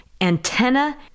antenna